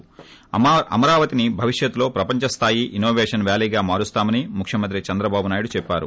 ి అమరావతిని భవిష్యత్లో ప్రపంచ స్థాయి ఇన్నోపేషన్ వ్యాలీగా మారుస్తామని ముఖ్యమంత్రి చంద్రబాబునాయుడు చెప్పారు